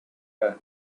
done